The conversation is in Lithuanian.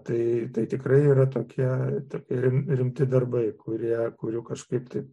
tai tai tikrai yra tokie tokie rimti darbai kurie kurių kažkaip taip